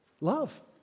Love